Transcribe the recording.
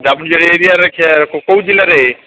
ଜାମୁଝରି ଏରିଆରେ କୋଉ ଜିଲ୍ଲାରେ